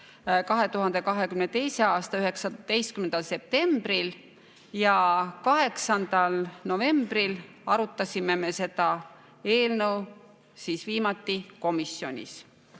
2022. aasta 19. septembril ja 8. novembril arutasime me seda eelnõu viimati komisjonis.